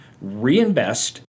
reinvest